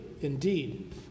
indeed